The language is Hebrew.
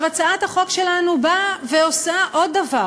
הצעת החוק שלנו באה ועושה עוד דבר,